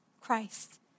Christ